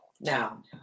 Now